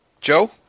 Joe